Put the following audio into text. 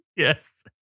Yes